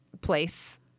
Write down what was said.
place